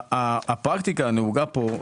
הפרקטיקה הנהוגה פה,